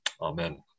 Amen